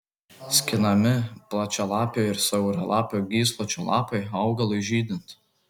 skinami plačialapio ir siauralapio gysločio lapai augalui žydint